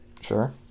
Sure